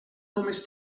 només